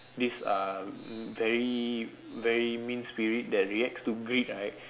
this uh very very mean spirit that reacts to greed right